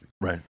right